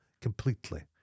completely